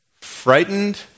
frightened